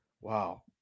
Wow